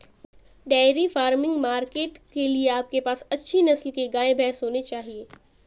dairy farming market के लिए आपके पास अच्छी नस्ल के गाय, भैंस होने चाहिए